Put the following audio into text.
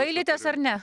gailitės ar ne